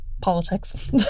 politics